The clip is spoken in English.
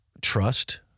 trust